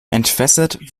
entwässert